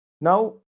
Now